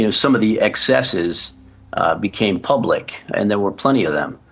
you know some of the excesses became public and there were plenty of them.